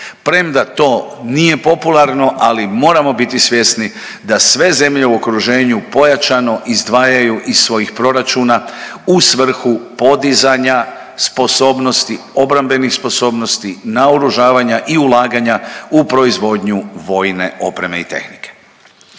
Prema to nije popularno, ali moramo biti svjesni da sve zemlje u okruženju pojačano izdvajaju iz svojih proračuna u svrhu podizanja sposobnosti, obrambenih sposobnosti, naoružavanja i ulaganja u proizvodnju vojne opreme i tehnike.